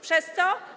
Przez co?